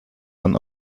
dann